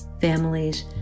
families